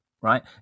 Right